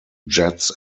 jets